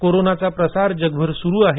कोरोनाचा प्रसार जगभर सुरुच आहे